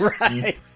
Right